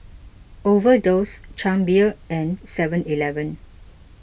Overdose Chang Beer and Seven Eleven